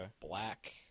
black